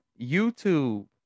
YouTube